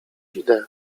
idę